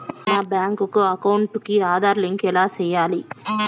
నా bank account కి Aadhaar link ఎలా సేయాలి